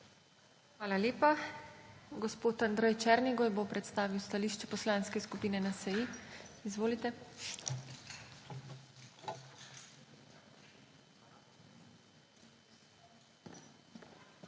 Hvala lepa. Gospod Andrej Černigoj bo predstavil stališče Poslanske skupine NSi. Izvolite. ANDREJ